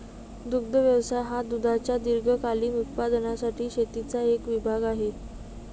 दुग्ध व्यवसाय हा दुधाच्या दीर्घकालीन उत्पादनासाठी शेतीचा एक विभाग आहे